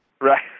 Right